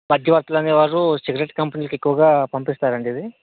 మధ్యవర్తులు అనే వారు సిగరెట్ కంపెనీలకి ఎక్కువగా పంపిస్తారండీ ఇది